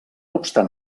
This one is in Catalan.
obstant